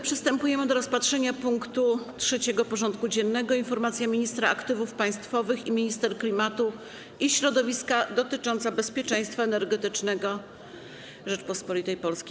Przystępujemy do rozpatrzenia punktu 3. porządku dziennego: Informacja Ministra Aktywów Państwowych i Minister Klimatu i Środowiska dotycząca bezpieczeństwa energetycznego RP.